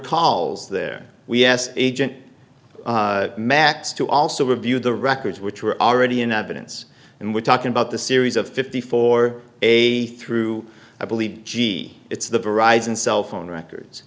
calls there we asked agent max to also review the records which were already in evidence and we're talking about the series of fifty four a through i believe g it's the verizon cell phone records